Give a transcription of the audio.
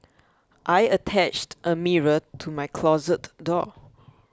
I attached a mirror to my closet door